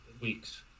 weeks